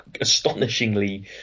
astonishingly